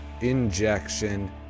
Injection